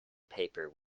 paper